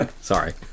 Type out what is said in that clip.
Sorry